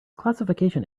classification